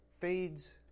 fades